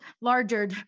larger